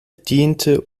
diente